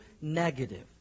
negative